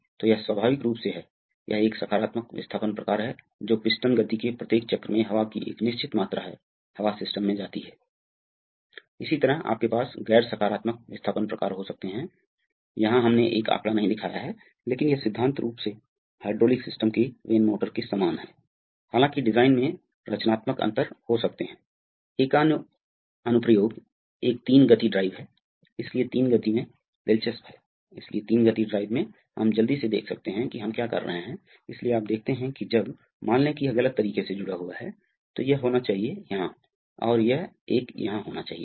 तो यह इस स्थिति में है स्थिति को देखें फिर प्रवाह क्या है सिलेंडर H विस्तारित होने का मतलब यह है कि यह चेक वाल्व के माध्यम से बहता है कैप दिशा में बहती है इसके माध्यम से बाहर जाता है के माध्यम से प्रवाह और रिटर्न यह यहाँ समय है